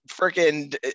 freaking